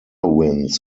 wins